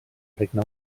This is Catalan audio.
regne